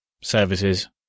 services